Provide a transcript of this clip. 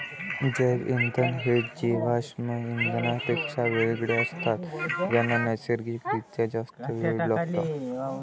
जैवइंधन हे जीवाश्म इंधनांपेक्षा वेगळे असतात ज्यांना नैसर्गिक रित्या जास्त वेळ लागतो